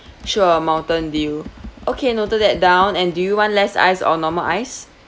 sure mountain dew okay noted that down and do you want less ice or normal ice